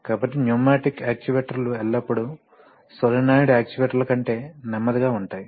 కాబట్టి న్యూమాటిక్ యాక్చుయేటర్లు ఎల్లప్పుడూ సోలేనోయిడ్ యాక్చుయేటర్ల కంటే నెమ్మదిగా ఉంటాయి